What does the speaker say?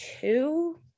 two